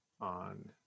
on